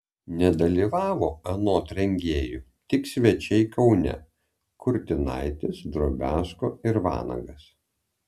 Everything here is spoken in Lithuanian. nedalyvavo anot rengėjų tik svečiai kaune kurtinaitis drobiazko ir vanagas